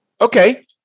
Okay